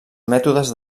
mètodes